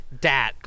Dat